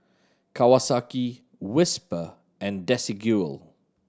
Kawasaki Whisper and Desigual